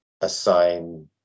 assign